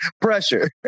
pressure